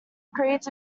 creeds